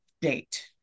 date